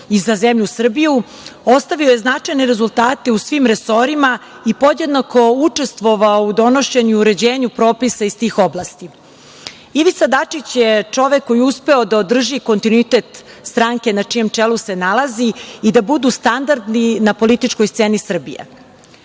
i za zemlju Srbiju, ostavio značajne rezultate u svim resorima i podjednako učestvovao u donošenju i uređenju propisa iz tih oblasti. Ivica Dačić je čovek koji je uspeo da održi kontinuitet stranke na čijem čelu se nalazi i da budu standard na političkoj sceni Srbije,